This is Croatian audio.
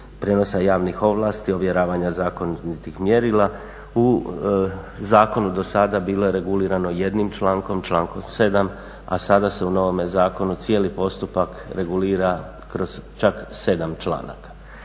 prijenosa javnih ovlasti, ovjeravanja zakonitih mjerila. U zakonu do sada bilo je regulirano jednim člankom, člankom 7. a sada se u novome zakonu cijeli postupak regulira kroz čak 7 članaka.